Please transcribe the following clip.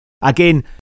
again